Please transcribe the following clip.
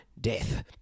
death